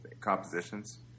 compositions